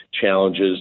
challenges